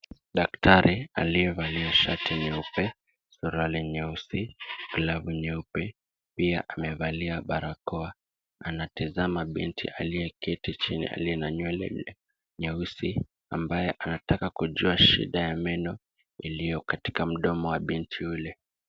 Daktari aliyevalia shati nyeupe, suruali nyeusi na glavu nyeupe. Pia amevalia barakoa. Anatazama binti aliyeketi chini aliye na nywele nyeusi ambaye anataka kujua shida ya meno iliyo katika mdomo wa binti yule.